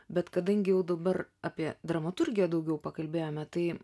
bet kadangi jau dabar apie dramaturgiją daugiau pakalbėjome tai